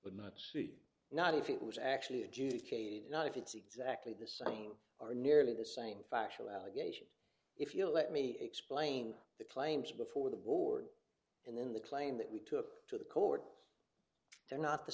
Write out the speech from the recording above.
but not c not if it was actually adjudicated not if it's exactly the same or nearly the same factual allegation if you'll let me explain the claims before the war and then the claim that we took to the court there not the